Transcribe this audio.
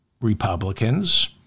Republicans